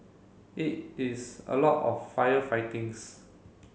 it is a lot of firefightings